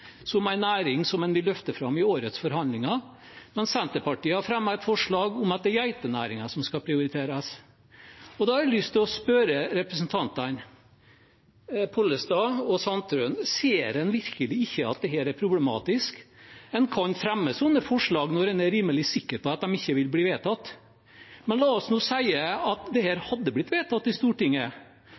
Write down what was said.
som en næring de vil løfte fram i årets forhandlinger, mens Senterpartiet har fremmet et forslag om at det er geitenæringen som skal prioriteres. Da har jeg lyst til å spørre representantene Pollestad og Sandtrøen: Ser man virkelig ikke at dette er problematisk? Man kan fremme slike forslag når man er rimelig sikker på at de ikke vil bli vedtatt, men la oss nå si at dette hadde blitt vedtatt i Stortinget